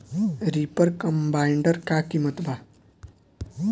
Reaper कम्बाइंडर का किमत बा?